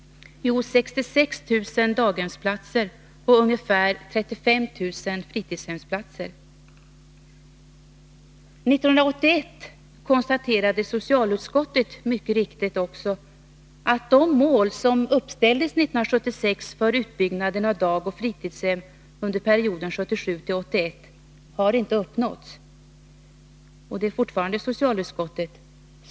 Jo, 66 000 daghemsplatser och ungefär 35 000 fritidshemsplatser. 1981 konstaterade socialutskottet mycket riktigt att de mål som uppställdes 1976 för utbyggnaden av dagoch fritidshem under perioden 1977-1981 inte har uppnåtts.